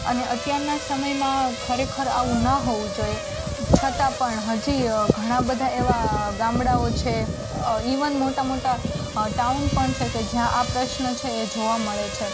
અને અત્યારના સમયમાં ખરેખર આવું ન હોવું જોઈએ છતાં પણ હજી ઘણાં ઘણાં બધાં એવા ગામડાંઓ છે ઇવન મોટા મોટા ટાઉન પણ છે કે જ્યાં આ પ્રશ્ન છે એ જોવા મળે છે